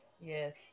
Yes